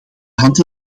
hand